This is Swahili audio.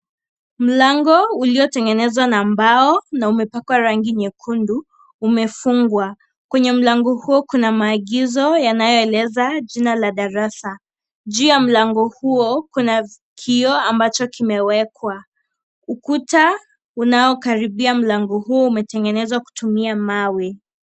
Mlango uliotengenezwa na mbao na umepakwa rangi nyekundu umefungwa kwenye mlango huo kuna maagizo yanayoeleza jina la darasa juu ya mlango huo kuna kioo ambacho kimewekwa ukuta unaokaribia mlango huo umetengenezwa kutumia mawe.